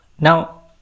now